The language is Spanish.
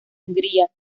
hungría